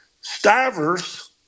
Stivers